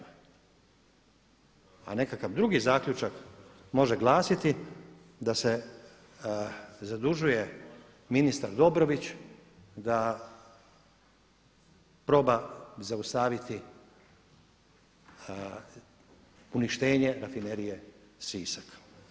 A nekakav drugi zaključak može glasiti da se zadužuje ministar Dobrović da proba zaustaviti poništenje rafinerije Sisak.